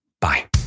Bye